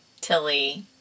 Tilly